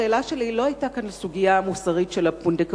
השאלה שלי לא היתה כאן הסוגיה המוסרית של הפונדקאות,